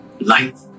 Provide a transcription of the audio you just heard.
life